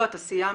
אתה סיימת,